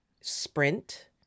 sprint